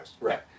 Right